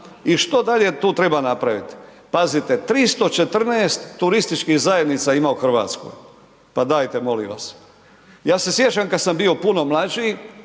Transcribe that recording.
i što dalje tu treba napraviti. Pazite, 314 turističkih zajednica ima u Hrvatskoj, pa dajte molim vas, ja se sjećam kad sam bio puno mlađi